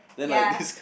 ya